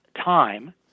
time